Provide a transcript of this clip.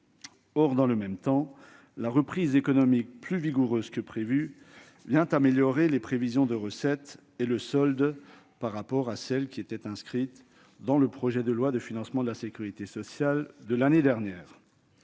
Dans le même temps, la reprise économique, plus vigoureuse que prévu, vient améliorer les prévisions de recettes et de solde par rapport à celles qui étaient inscrites dans la loi de financement de la sécurité sociale de l'année dernière.